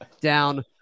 down